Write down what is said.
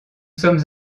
sommes